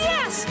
Yes